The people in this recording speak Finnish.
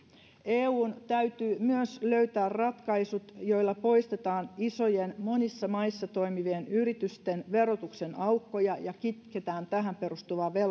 eun täytyy myös löytää ratkaisut joilla poistetaan isojen monissa maissa toimivien yritysten verotuksen aukkoja ja kitketään tähän perustuvaa